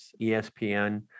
ESPN